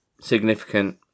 significant